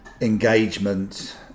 engagement